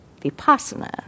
vipassana